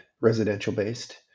residential-based